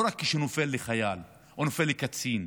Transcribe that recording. לא רק כשנופל חייל או נופל קצין.